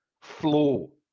flow